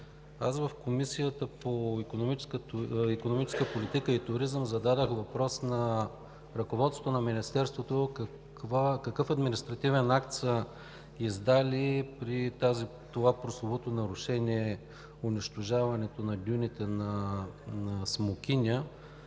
В Комисията по икономическа политика и туризъм зададох въпрос на ръководството на Министерството какъв административен акт са издали при това прословуто нарушение – унищожаването на дюните на „Смокиня“?